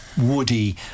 woody